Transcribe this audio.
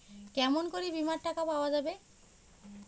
কেমন করি বীমার টাকা পাওয়া যাবে?